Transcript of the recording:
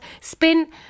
Spin